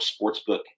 sportsbook